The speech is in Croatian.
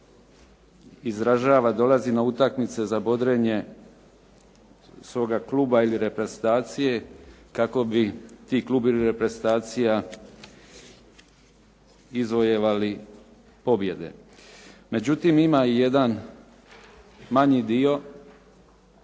izražava, dolazi na utakmice za bodrenje svoga kluba ili reprezentacije kako bi taj klub ili reprezentacija izvojevali pobjede. Međutim, ima i jedan manji dio